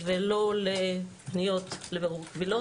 ולא לפניות לבירור קבילות.